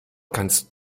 kannst